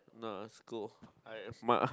no school I asthma